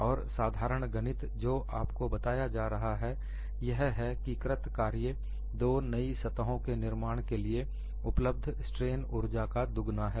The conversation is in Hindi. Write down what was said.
और साधारण गणित जो आपको बताया जा रहा है यह है कि कृत कार्य दो नई सतहों के निर्माण के लिए उपलब्ध स्ट्रेन ऊर्जा का दुगना है